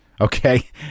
okay